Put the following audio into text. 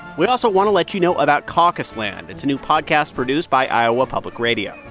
we also want to let you know about caucus land. it's a new podcast produced by iowa public radio.